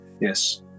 Yes